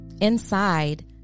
Inside